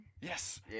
Yes